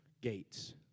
gates